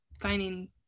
finding